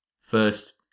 First